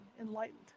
enlightened